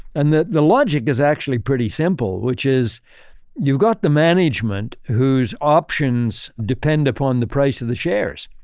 and that the logic is actually pretty simple, which is you've got the management who's options depend upon the price of the shares.